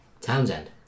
Townsend